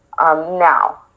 now